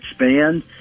expand